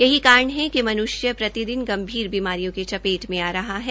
यही कारण है कि मनुष्य प्रतिदिन गंभीर बीमारियों की चपेट में आ रहा है